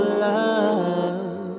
love